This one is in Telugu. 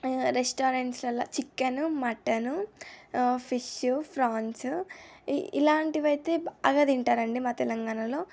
రెస్టారెంట్స్లలో చికెను మటను ఫిష్ ఫ్రాన్స్ ఇలాంటివి అయితే బాగా తింటారండి మా తెలంగాణలో